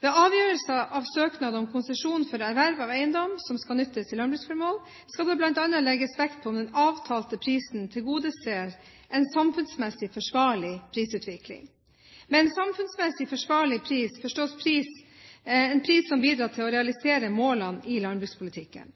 Ved avgjørelser av søknader om konsesjon for erverv av eiendom som skal nyttes til landbruksformål, skal det bl.a. legges vekt på om den avtalte prisen tilgodeser en samfunnsmessig forsvarlig prisutvikling. Med en samfunnsmessig forsvarlig pris forstås en pris som bidrar til å realisere målene i landbrukspolitikken.